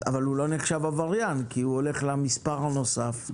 הם לא נחשבים עברניינים כי הם הולכים למספר הנוסף.